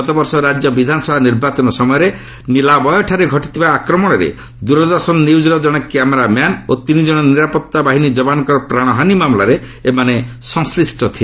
ଗତବର୍ଷ ରାଜ୍ୟ ବିଧାନସଭା ନିର୍ବାଚନ ସମୟରେ ନୀଲାବୟଠାରେ ଘଟିଥିବା ଆକ୍ରମଣରେ ଦୂରଦର୍ଶନ ନ୍ୟୁଜ୍ର ଜଣେ କ୍ୟାମେରା ମ୍ୟାନ୍ ଓ ତିନି କଣ ନିରାପତ୍ତା ବାହିନୀ ଯବାନଙ୍କ ପ୍ରାଣହାନୀ ମାମଲାରେ ଏମାନେ ସଂଶ୍ଳିଷ୍ଟ ଥିଲେ